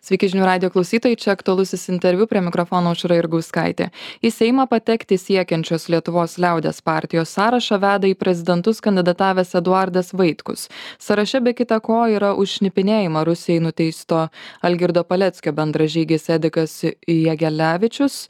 sveiki žinių radijo klausytojai čia aktualusis interviu prie mikrofono aušra jurgauskaitė į seimą patekti siekiančios lietuvos liaudies partijos sąrašą veda į prezidentus kandidatavęs eduardas vaitkus sąraše be kita ko yra už šnipinėjimą rusijai nuteisto algirdo paleckio bendražygis edikas jegelevičius